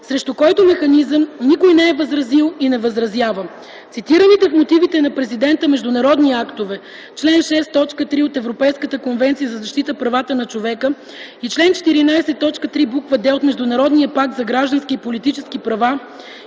срещу който механизъм никой не е възразил и не възразява. Цитираните в мотивите на президента международни актове - чл. 6, т. 3 от Европейската конвенция за защита правата на човека и чл. 14, т. 3, буква "d" от Международния пакт за граждански и политически права,